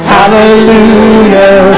Hallelujah